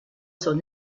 son